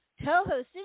Toho